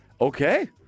Okay